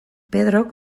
pedrok